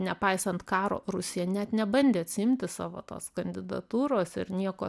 nepaisant karo rusija net nebandė atsiimti savo tos kandidatūros ir nieko